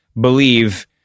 believe